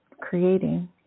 creating